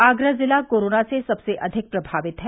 आगरा जिला कोरोना से सबसे अधिक प्रभावित है